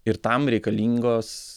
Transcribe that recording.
ir tam reikalingos